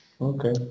Okay